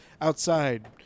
Outside